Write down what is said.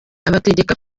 abategeka